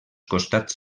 costats